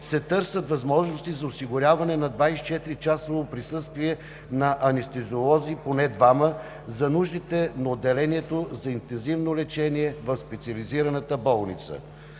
се търсят възможности за осигуряване на 24-часово присъствие поне на двама анестезиолози за нуждите на отделението за интензивно лечение в Специализираната болница.